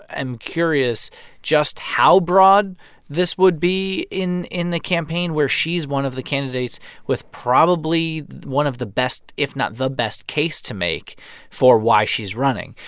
am curious just how broad this would be in in the campaign where she's one of the candidates with probably one of the best, if not the best, case to make for why she's running.